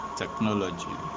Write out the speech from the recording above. technology